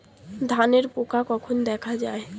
ধানের পোকা কখন দেখা দেয়?